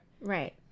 Right